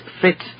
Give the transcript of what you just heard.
fit